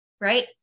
right